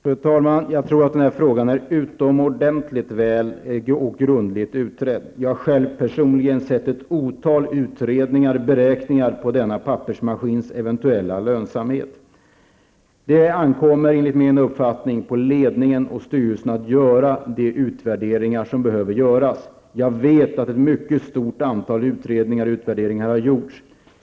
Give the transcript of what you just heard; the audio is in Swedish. Fru talman! Jag tror att den här frågan är utomordentligt väl och grundligt utredd. Jag har personligen sett ett otal utredningar och beräkningar på denna pappersmaskins eventuella lönsamhet. Enligt min uppfattning ankommer det på ledningen och styrelsen att göra de utvärderingar som behöver göras. Jag vet att det har gjorts ett mycket stort antal utredningar och utvärderingar.